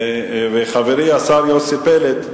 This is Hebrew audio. חברי השר יוסי פלד,